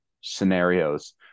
scenarios